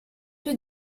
più